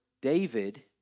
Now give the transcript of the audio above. David